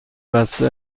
بسته